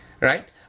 Right